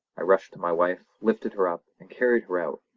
i rushed to my wife, lifted her up and carried her out,